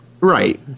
Right